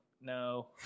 No